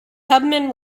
tubman